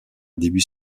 début